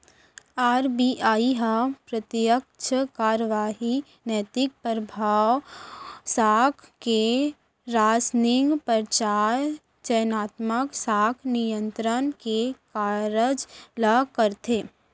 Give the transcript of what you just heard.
RBI ह प्रत्यक्छ कारवाही, नैतिक परभाव, साख के रासनिंग, परचार, चयनात्मक साख नियंत्रन के कारज ल करथे